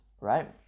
right